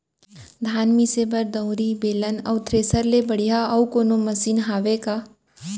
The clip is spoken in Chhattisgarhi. धान मिसे बर दउरी, बेलन अऊ थ्रेसर ले बढ़िया अऊ कोनो मशीन हावे का?